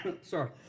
Sorry